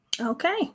Okay